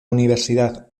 universidad